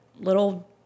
little